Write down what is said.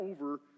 over